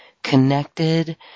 connected